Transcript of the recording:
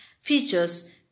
features